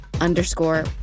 underscore